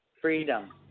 freedom